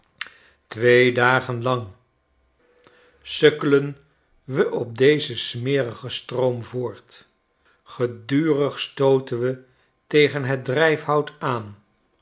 twee dagen lang sukkelden we op dezen smerigen stroom voort gedurig stootten we tegen het drijfhout aan